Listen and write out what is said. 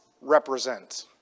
represent